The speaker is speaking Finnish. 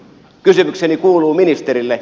kysymykseni kuuluu ministerille